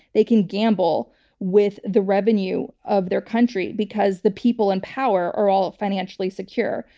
they can gamble with the revenue of their country because the people in power are all financially secure.